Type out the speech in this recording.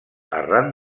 arran